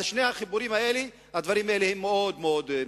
שני הדברים מאוד מסוכנים.